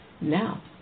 Now